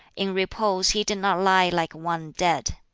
in repose he did not lie like one dead.